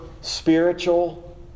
spiritual